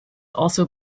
also